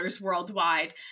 worldwide